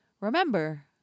remember